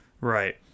Right